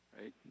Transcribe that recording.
right